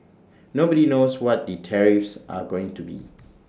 nobody knows what the tariffs are going to be